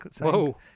Whoa